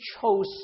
chose